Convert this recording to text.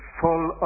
full